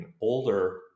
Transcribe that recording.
older